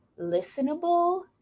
listenable